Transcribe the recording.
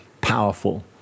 powerful